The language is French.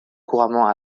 couramment